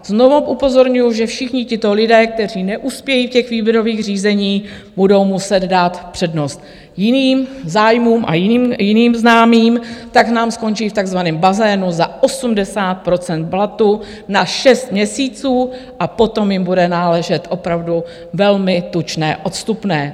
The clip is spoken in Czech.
Znovu upozorňuji, že všichni tito lidé, kteří neuspějí ve výběrových řízeních, budou muset dát přednost jiným zájmům a jiným známým, tak nám skončí v takzvaném bazénu za 80 % platu na šest měsíců a potom jim bude náležet opravdu velmi tučné odstupné.